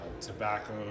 tobacco